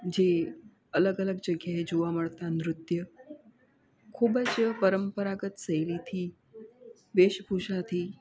જે અલગ અલગ જગ્યાએ જોવા મળતાં નૃત્ય ખૂબ જ પરંપરાગત શૈલીથી વેશભૂષાથી